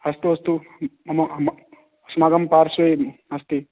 अस्तु अस्तु मम अस्माकं पार्श्वे अस्ति